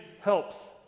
helps